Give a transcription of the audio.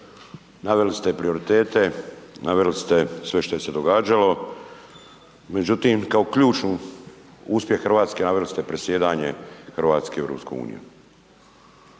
naveli ste prioritete, naveli ste sve šta je se događalo, međutim, kao ključnu, uspjeh RH naveli ste predsjedanje RH EU.